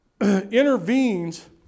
intervenes